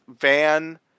Van